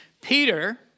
Peter